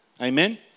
Amen